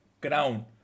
ground